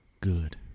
good